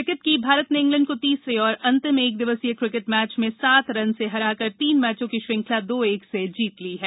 cricket Bharat ने England को तीसरे और अंतिम एकदिवसीय क्रिकेट मैच में सात रन से हराकर तीन मैचों की श्रृंखला दो एक से जीत ली है